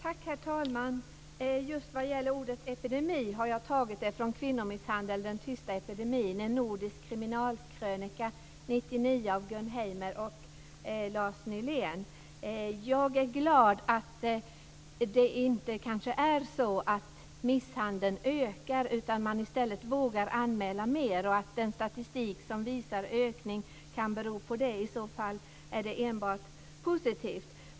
Herr talman! Just ordet epidemi har jag tagit från Jag är glad att det kanske inte är så att misshandeln ökar, utan att man i stället vågar anmäla mer och att den statistik som visar ökning kan bero på det. I så fall är det enbart positivt.